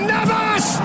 Navas